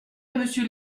monsieur